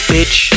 Bitch